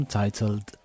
titled